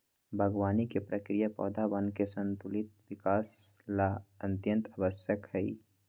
बागवानी के प्रक्रिया पौधवन के संतुलित विकास ला अत्यंत आवश्यक हई